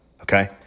okay